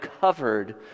covered